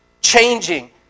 changing